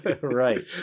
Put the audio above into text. Right